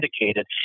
indicated